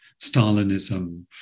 Stalinism